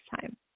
time